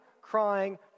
crying